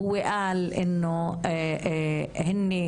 כאשר הוצאנו את ההזמנות